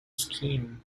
scheme